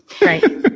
Right